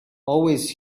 always